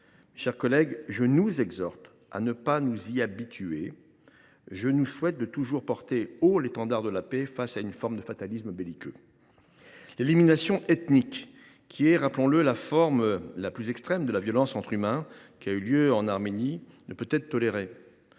Mes chers collègues, je nous exhorte à ne pas nous y habituer ! Je nous souhaite de toujours porter haut l’étendard de la paix face à une sorte de fatalisme belliqueux. L’élimination ethnique est, rappelons le, la forme extrême de violence entre humains. Celle qui a eu lieu en Arménie ne peut être tolérée.